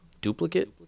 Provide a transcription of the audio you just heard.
duplicate